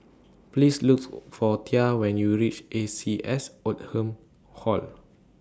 Please looks For Tia when YOU REACH A C S Oldham Hall